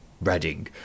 Reading